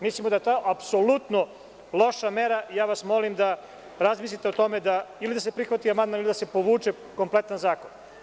Mislimo da je to apsolutno loša mera i ja vas molim da razmislite o tome ili da se prihvati amandman ili da se povuče kompletan zakon.